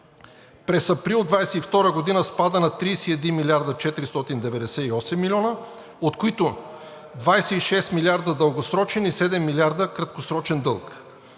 през април 2022 г. спада на 31 млрд. 498 млн. лв., от които 26 милиарда дългосрочен и 7 милиарда краткосрочен дълг.